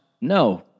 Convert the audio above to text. no